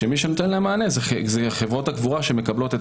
שמי שנותן להם מענה זה חברות הקבורה שמקבלות את